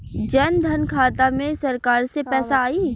जनधन खाता मे सरकार से पैसा आई?